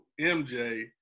mj